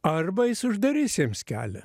arba jis uždarys jiems kelią